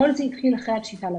כל זה התחיל אחרי הפשיטה לבית".